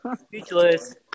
Speechless